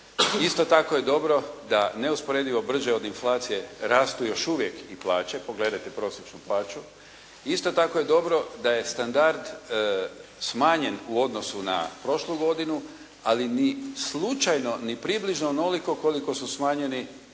Isto tako je dobro da neusporedivo brže od inflacije rastu još uvijek i plaće, pogledajte prosječnu plaću. Isto tako je dobro da je standard smanjen u odnosu na prošlu godinu, ali ni slučajno, ni približno onoliko koliko su smanjeni